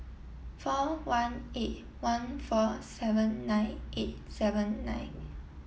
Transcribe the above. four one eight one four seven nine eight seven nine